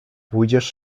pójdziesz